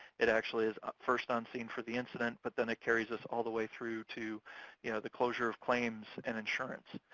it actually is first on scene for the incident, but then it carries us all the way through to you know the closure of claims and insurance.